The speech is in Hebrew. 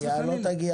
כי לא תגיע רחוק.